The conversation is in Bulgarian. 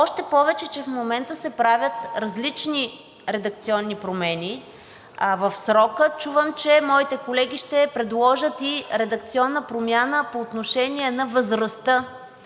още повече че в момента се правят различни редакционни промени, а в срока чувам, че моите колеги ще предложат и редакционна промяна по отношение възрастта